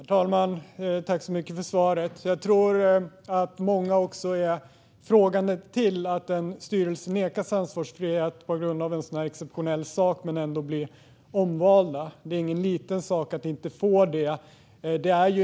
Herr talman! Jag tackar så mycket för svaret. Jag tror att många också ställer sig frågande till att en styrelse nekas ansvarsfrihet på grund av en sådan här exceptionell sak men ändå blir omvald. Det är ingen liten sak att inte få ansvarsfrihet.